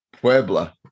Puebla